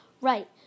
right